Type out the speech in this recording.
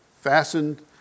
Fastened